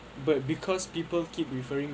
but because people keep referring